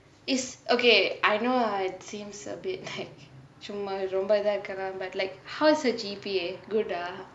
is okay I know I seems a bit like சும்மா ரொம்ப இதா இருக்காதா:cumma romba ithaa irukkathaa but like how's her G_P_A good ah